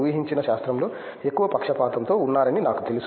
ఊహించిన శాస్త్రంతో ఎక్కువ పక్షపాతంతో ఉన్నారని నాకు తెలుసు